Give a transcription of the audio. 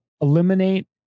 eliminate